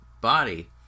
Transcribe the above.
body